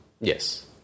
Yes